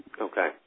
Okay